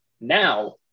now